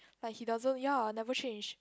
like he doesn't ya never change